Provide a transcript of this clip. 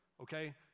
Okay